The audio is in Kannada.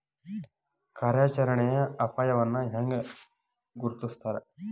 ಕಾರ್ಯಾಚರಣೆಯ ಅಪಾಯವನ್ನ ಹೆಂಗ ಗುರ್ತುಸ್ತಾರ